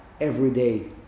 everyday